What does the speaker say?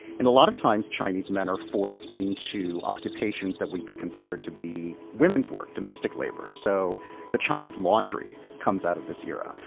and a lot of times chinese men are forced into occupations that would be considered to be women's work, domestic labor. so the chinese laundry comes out of this era.